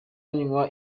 nywa